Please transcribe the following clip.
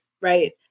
right